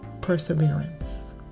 perseverance